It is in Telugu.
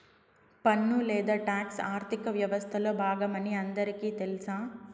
పన్ను లేదా టాక్స్ ఆర్థిక వ్యవస్తలో బాగమని అందరికీ తెల్స